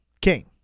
King